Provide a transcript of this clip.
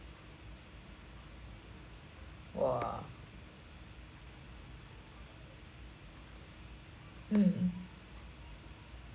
!wah! mmhmm